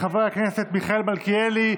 של חבר הכנסת מיכאל מלכיאלי.